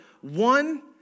one